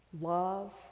love